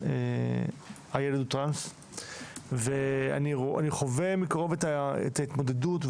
שהילד הוא טרנס ואני חווה מקרוב את ההתמודדות,